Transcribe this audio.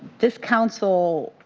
this counsel